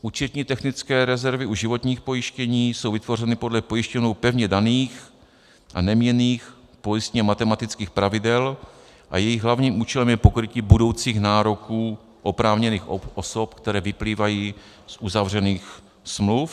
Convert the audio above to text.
Účetní technické rezervy u životních pojištění jsou vytvořeny podle pojišťovnou pevně daných a neměnných pojistněmatematických pravidel a jejich hlavním účelem je pokrytí budoucích nároků oprávněných osob, který vyplývají z uzavřených smluv.